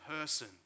person